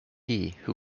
who